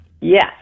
Yes